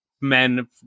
men